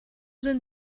sind